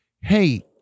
hey